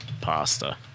pasta